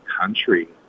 country